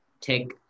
take